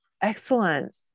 Excellent